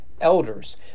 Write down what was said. elders